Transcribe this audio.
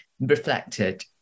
reflected